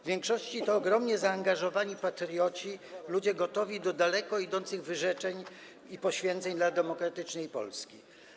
W większości to ogromnie zaangażowani patrioci, ludzie gotowi do daleko idących wyrzeczeń i poświęceń dla demokratycznej Polski.